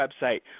website